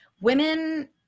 women